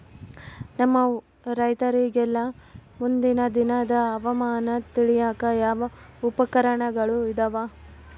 ನಮ್ಮ ರೈತರಿಗೆಲ್ಲಾ ಮುಂದಿನ ದಿನದ ಹವಾಮಾನ ತಿಳಿಯಾಕ ಯಾವ ಉಪಕರಣಗಳು ಇದಾವ?